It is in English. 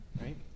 right